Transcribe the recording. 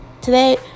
today